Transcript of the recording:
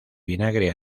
vinagre